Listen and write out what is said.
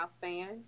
fan